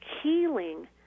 healing